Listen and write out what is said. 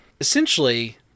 essentially